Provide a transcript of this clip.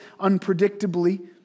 unpredictably